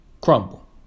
crumble